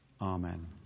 Amen